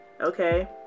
okay